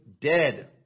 dead